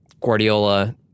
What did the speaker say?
Guardiola